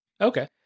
Okay